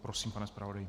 Prosím, pane zpravodaji.